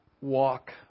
walk